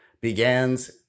begins